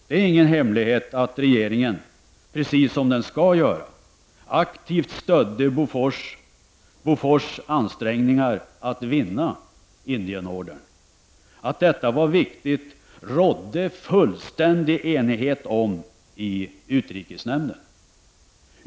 Det är ingen hemlighet att regeringen, precis som den skall göra, aktivt stödde Bofors ansträngningar att vinna Indienordern. Att detta var viktigt rådde det fullständig enighet om i utrikesnämnden.